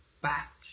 back